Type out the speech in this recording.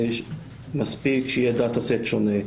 מספיק שיהיה דאטה-סט שונה,